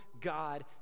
God